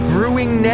Brewing